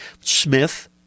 Smith